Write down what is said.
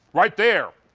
right there.